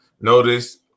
Notice